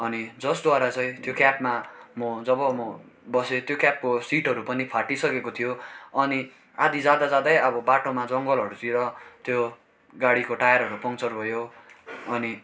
अनि जसद्वारा चाहिँ त्यो क्याबमा म जब म बसेँ त्यो क्याबको सिटहरू पनि फाटिसकेको थियो अनि आधा जाँदा जाँदै अब बाटोमा जङ्गलहरूतिर त्यो गाडीको टायरहरू पङ्चर भयो अनि